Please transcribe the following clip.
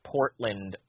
Portland